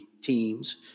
Teams